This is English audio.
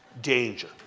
danger